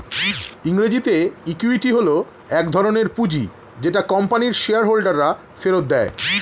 ইংরেজিতে ইক্যুইটি হল এক ধরণের পুঁজি যেটা কোম্পানির শেয়ার হোল্ডাররা ফেরত দেয়